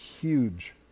huge